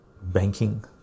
banking